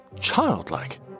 childlike